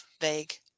vague